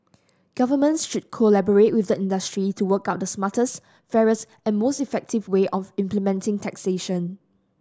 governments should collaborate with the industry to work out the smartest fairest and most effective way of implementing taxation